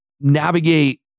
navigate